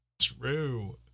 True